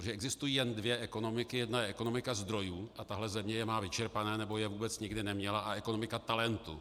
Protože existují jen dvě ekonomiky, jedna je ekonomika zdrojů, a tahle země je má vyčerpané, nebo je vůbec nikdy neměla, a ekonomika talentu.